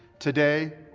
today,